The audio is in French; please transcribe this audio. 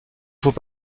faut